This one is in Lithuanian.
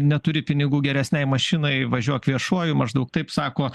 neturi pinigų geresnei mašinai važiuok viešuoju maždaug taip sako